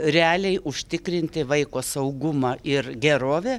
realiai užtikrinti vaiko saugumą ir gerovę